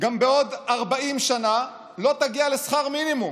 גם בעוד 40 שנה לא תגיע לשכר מינימום?